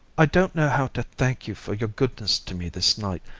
i don't know how to thank you for your goodness to me this night,